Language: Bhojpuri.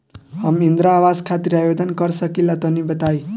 हम इंद्रा आवास खातिर आवेदन कर सकिला तनि बताई?